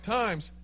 times